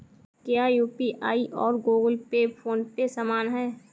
क्या यू.पी.आई और Google pay phone pay समान हैं?